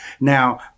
Now